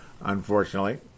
unfortunately